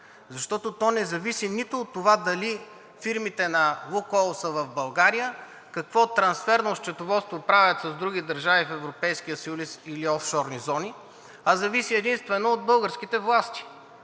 Защото то не зависи нито от това дали фирмите на „Лукойл“ са в България, какво трансферно счетоводство правят с други държави в Европейския съюз или офшорни зони, а зависи единствено от българските власти.